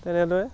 তেনেদৰে